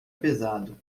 pesado